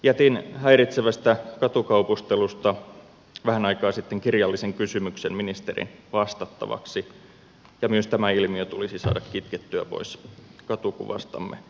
jätin häiritsevästä katukaupustelusta vähän aikaa sitten kirjallisen kysymyksen ministerin vastattavaksi ja myös tämä ilmiö tulisi saada kitkettyä pois katukuvastamme mahdollisimman nopeasti